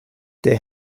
they